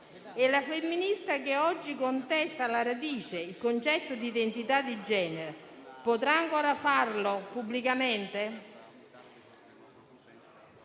La femminista che oggi contesta alla radice il concetto di identità di genere potrà ancora farlo pubblicamente?